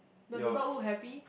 does the dog look happy